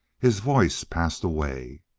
his voice passed away.